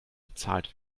bezahlt